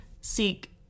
seek